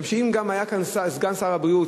משום שאם היה כאן סגן שר הבריאות,